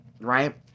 right